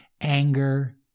anger